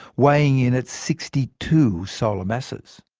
weighing in at sixty two solar masses.